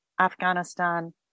Afghanistan